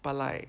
but like